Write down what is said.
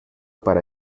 para